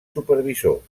supervisor